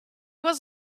was